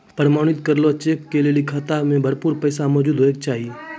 प्रमाणित करलो चेक लै लेली खाता मे भरपूर पैसा मौजूद होय के चाहि